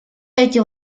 эти